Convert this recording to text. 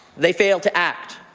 they failed to act.